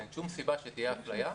אין שום סיבה שתהיה אפליה.